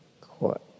court